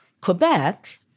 Quebec